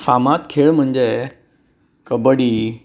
फामाद खेळ म्हणजे कबड्डी